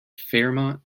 fairmont